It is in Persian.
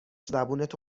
زبونتو